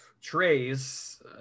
Trays